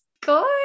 Good